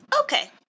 Okay